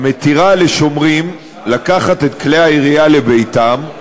המתירה לשומרים לקחת את כלי הירייה לביתם,